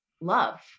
love